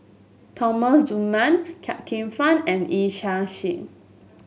Thomas Dunman Chia Kwek Fah and Yee Chia Hsing